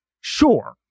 sure